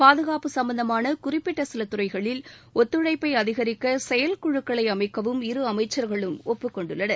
பாதுகாப்பு சம்பந்தமான குறிப்பிட்ட சில துறைகளில் ஒத்துழைப்பை அதிகரிக்க செயல் குழுக்களை அமைக்கவும் இரு அமைச்சர்களும் ஒப்புக் கொண்டுள்ளனர்